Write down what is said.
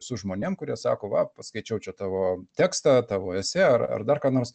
su žmonėm kurie sako va paskaičiau čia tavo tekstą tavo esė ar ar dar ką nors